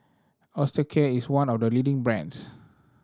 Osteocare is one of the leading brands